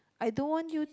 I don't want you